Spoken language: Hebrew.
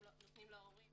אז אנחנו רואים